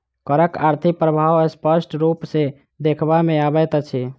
करक आर्थिक प्रभाव स्पष्ट रूप सॅ देखबा मे अबैत अछि